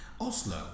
Oslo